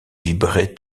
vibrer